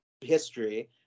history